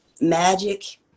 magic